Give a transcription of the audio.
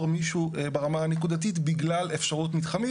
מישהו ברמה הנקודתית בגלל אפשרות מתחמית.